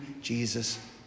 Jesus